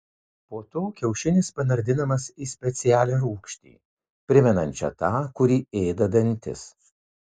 po to kiaušinis panardinamas į specialią rūgštį primenančią tą kuri ėda dantis